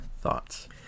thoughts